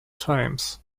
times